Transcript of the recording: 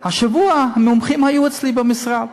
השבוע המומחים היו אצלי במשרד